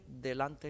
delante